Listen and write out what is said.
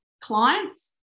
clients